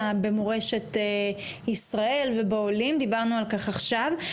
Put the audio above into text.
במורשת ישראל ובעולים דיברנו על כך עכשיו.